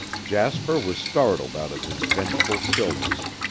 jasper was startled out of his vengeful stillness